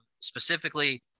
specifically